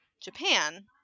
japan